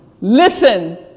Listen